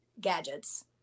gadgets